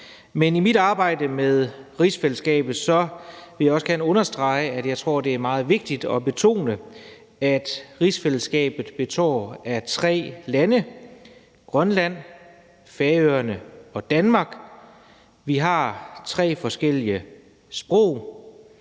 Men i mit arbejde med rigsfællesskabet vil jeg også gerne understrege, at jeg tror, at det er meget vigtigt at betone, at rigsfællesskabet består af tre lande: Grønland, Færøerne og Danmark. Vi har tre forskellige sprog.